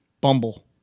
Bumble